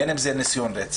בין אם זה ניסיון רצח.